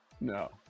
no